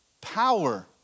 power